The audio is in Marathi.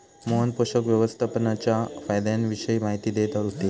मोहन पोषक व्यवस्थापनाच्या फायद्यांविषयी माहिती देत होते